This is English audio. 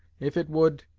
if it would,